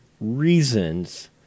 reasons